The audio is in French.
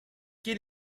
quel